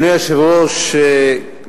אדוני היושב-ראש,